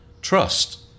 trust